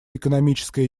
экономическая